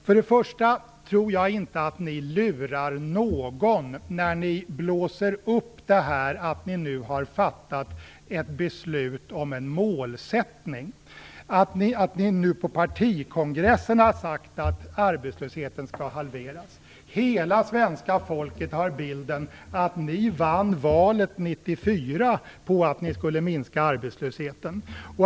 För det första tror jag inte att ni lurar någon när ni blåser upp detta att ni nu har fattat ett beslut om en målsättning, att ni nu på partikongressen har sagt att arbetslösheten skall halveras. Hela svenska folket har bilden att ni vann valet 1994 på att ni skulle minska arbetslösheten.